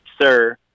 sir